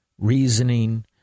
reasoning